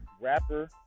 rapper